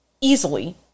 easily